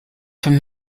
from